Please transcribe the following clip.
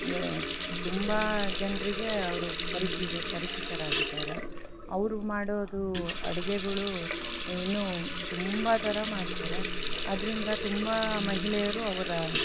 ತುಂಬ ಜನರಿಗೆ ಅವರು ಪರಿಚಿರ್ ಪರಿಚಿತರಾಗಿದ್ದಾರೆ ಅವರು ಮಾಡೋದು ಅಡಿಗೆಗಳು ಇನ್ನೂ ತುಂಬ ಥರ ಮಾಡ್ತಾರೆ ಅದರಿಂದ ತುಂಬ ಮಹಿಳೆಯರು ಅವರ